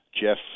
Jeff